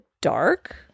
dark